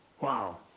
wow